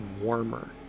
warmer